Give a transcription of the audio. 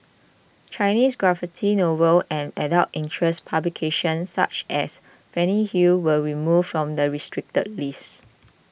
Chinese graphic novels and adult interest publications such as Fanny Hill were removed from the restricted list